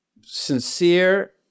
sincere